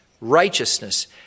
righteousness